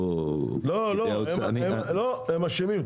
לא, הם אשמים.